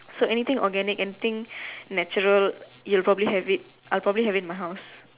so anything organic and thing natural you probably have it I probably have it in my house